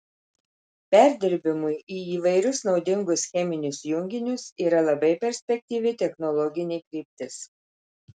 perdirbimui į įvairius naudingus cheminius junginius yra labai perspektyvi technologinė kryptis